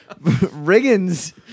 Riggins